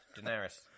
Daenerys